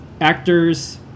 actors